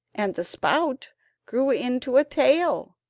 and the spout grew into a tail,